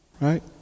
Right